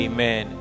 Amen